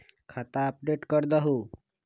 खाता अपडेट करदहु?